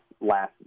last